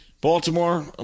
Baltimore